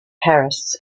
harris